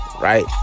Right